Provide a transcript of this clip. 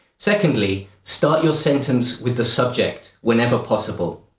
secondly, start your sentence with the subject whenever possible.